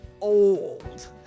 old